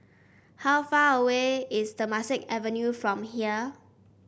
how far away is Temasek Avenue from here